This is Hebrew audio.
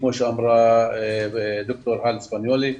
כמו שאמרה ד"ר האלה אספניולי,